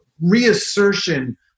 reassertion